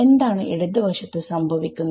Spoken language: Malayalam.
എന്താണ് ഇടത് വശത്തു സംഭവിക്കുന്നത്